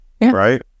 right